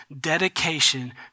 dedication